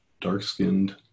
dark-skinned